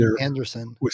Anderson